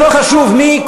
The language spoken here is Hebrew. שלא חשוב מי,